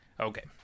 Okay